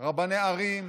רבני ערים,